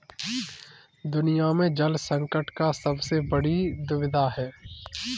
दुनिया में जल संकट का सबसे बड़ी दुविधा है